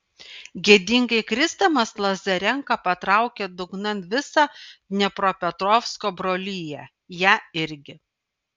gėdingai krisdamas lazarenka patraukė dugnan visą dniepropetrovsko broliją ją irgi